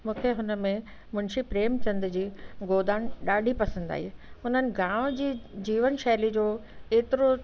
हुन में मुंशी प्रेमचंद्र जी गोदान ॾाढी पसंदि आई उन्हनि गांव जी जीवन शैली जो एतिरो